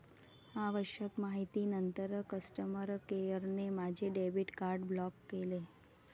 आवश्यक माहितीनंतर कस्टमर केअरने माझे डेबिट कार्ड ब्लॉक केले